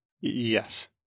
Yes